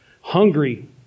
Hungry